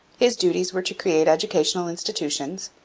his duties were to create educational institutions,